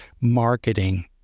marketing